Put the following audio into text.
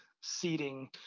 seating